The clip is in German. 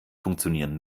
funktionieren